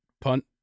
punt